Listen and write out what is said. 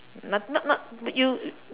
not not not you